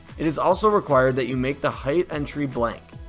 it is also required that you make the height entry blank.